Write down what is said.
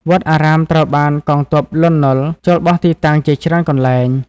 វត្តអារាមត្រូវបានកងទ័ព លន់ នល់ ចូលបោះទីតាំងជាច្រើនកន្លែង ។